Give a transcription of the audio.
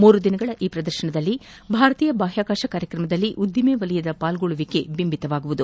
ಮೂರು ದಿನಗಳ ಈ ಪ್ರದರ್ಶನದಲ್ಲಿ ಭಾರತೀಯ ಬಾಹ್ಯಾಕಾಶ ಕಾರ್ಯಕ್ರಮದಲ್ಲಿ ಉದ್ಯಮ ವಲಯದ ಪಾಲ್ಗೊಳ್ಳುವಿಕೆ ಬಿಂಬಿತವಾಗಲಿದೆ